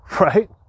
right